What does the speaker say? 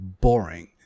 boring